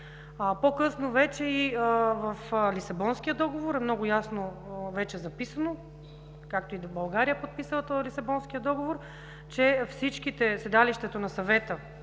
По-късно вече и в Лисабонския договор е много ясно записано – България е подписала този Лисабонски договор, че всичките – седалището на Съвета